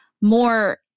more